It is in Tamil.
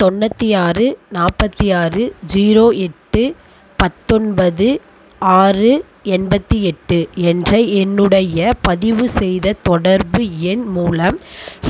தொண்ணூற்றி ஆறு நாற்பத்தி ஆறு ஜீரோ எட்டு பத்தொன்பது ஆறு எண்பத்து எட்டு என்ற என்னுடைய பதிவுசெய்த தொடர்பு எண் மூலம்